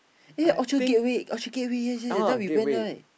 eh Orchard-Gateway Orchard-Gateway yes yes that time we went right